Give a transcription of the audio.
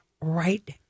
right